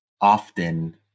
often